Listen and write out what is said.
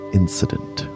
incident